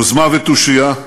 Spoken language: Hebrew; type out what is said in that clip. יוזמה ותושייה,